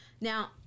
Now